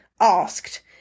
Asked